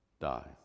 die